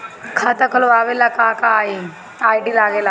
खाता खोलवावे ला का का आई.डी लागेला?